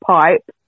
pipe